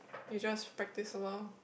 you just practice loh